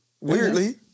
weirdly